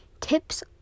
Tips